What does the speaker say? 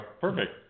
Perfect